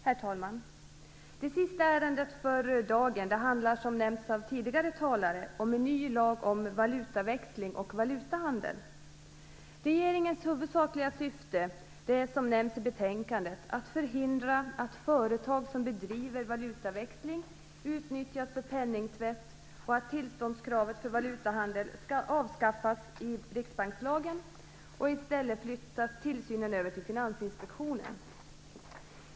Herr talman! Det sista ärendet för dagen handlar, som nämnts av tidigare talare, om en ny lag om valutaväxling och valutahandel. Regeringens huvudsakliga syfte är, som nämns i betänkandet, att förhindra att företag som bedriver valutaväxling utnyttjas för penningtvätt och att tillståndskravet för valutahandel skall avskaffas i riksbankslagen. I stället flyttas tillsynen över till Finansinspektionen.